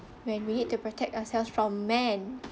when we need to protect ourselves from men